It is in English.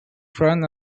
front